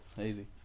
Easy